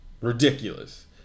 ridiculous